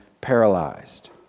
paralyzed